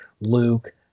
Luke